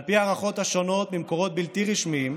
על פי ההערכות השונות ממקורות בלתי רשמיים.